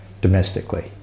domestically